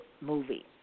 movie